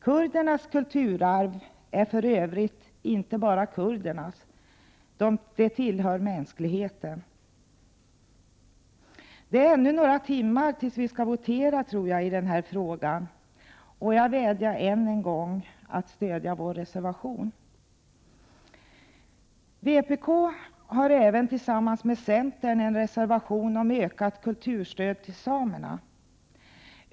Kurdernas kulturarv tillhör för övrigt inte bara kurderna, det tillhör mänskligheten. Det är ännu några timmar innan vi skall votera i denna fråga. Jag vädjar än en gång till er att stödja vår reservation. Vpk har även tillsammans med centern en reservation om ökat kulturstöd till samerna.